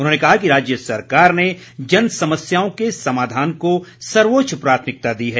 उन्होंने कहा कि राज्य सरकार ने जन समस्याओं के समाधान को सर्वोच्च प्राथमिकता दी है